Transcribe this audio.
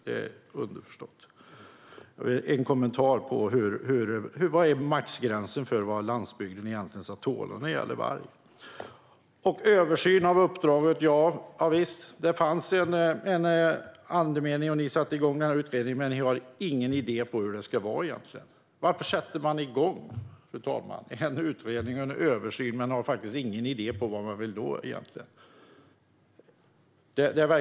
Det är underförstått. Vad är maxgränsen för vad landsbygden egentligen ska tåla när det gäller varg? Jag frågade om översyn av uppdraget. Det fanns en andemening när ni satte igång utredningen, men ni har ingen idé om hur det egentligen ska vara. Varför sätter man igång en utredning och en översyn men har ingen idé om vad man egentligen vill nå?